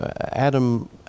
Adam